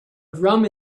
drum